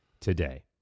today